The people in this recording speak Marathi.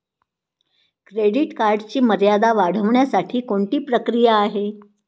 क्रेडिट कार्डची मर्यादा वाढवण्यासाठी कोणती प्रक्रिया आहे?